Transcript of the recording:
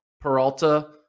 Peralta